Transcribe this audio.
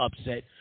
upset